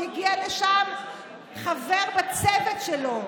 הגיע לשם חבר צוות שלו,